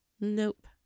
Nope